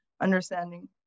understanding